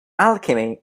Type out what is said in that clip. alchemy